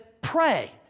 Pray